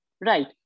right